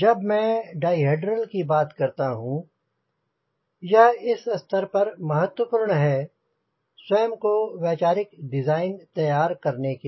जब मैं डाईहेड्रल की बात करता हूंँ यह इस स्तर पर महत्वपूर्ण है स्वयं को वैचारिक डिज़ाइन के लिए तैयार करने के लिए